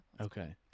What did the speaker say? okay